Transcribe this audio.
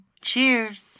Cheers